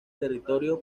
territorio